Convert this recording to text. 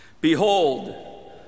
Behold